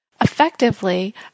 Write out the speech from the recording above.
effectively